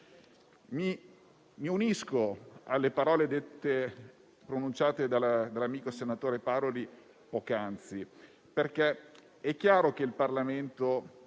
Mi unisco alle parole pronunciate dall'amico, senatore Paroli, poc'anzi, perché è chiaro che il Parlamento,